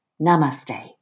Namaste